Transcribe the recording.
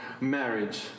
marriage